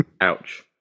Ouch